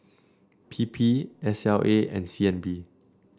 P P S L A and C N B